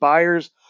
buyers